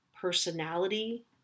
personality